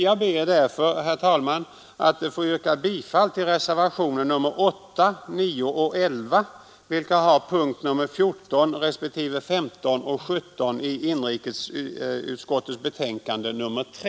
Jag ber därför, herr talman, att få yrka bifall till reservationerna 8,9 och 11, vilka hänför sig till punkt nr 14, respektive nr 15 och nr 17 i inrikesutskottets betänkande nr 3.